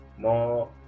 more